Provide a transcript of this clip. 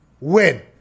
win